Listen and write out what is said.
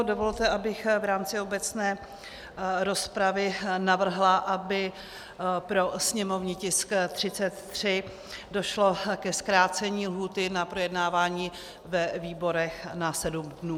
Dovolte, abych v rámci obecné rozpravy navrhla, aby pro sněmovní tisk 33 došlo ke zkrácení lhůty na projednávání ve výborech na sedm dnů.